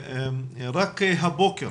רק הבוקר